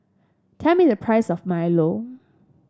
tell me the price of milo